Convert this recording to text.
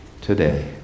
today